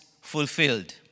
fulfilled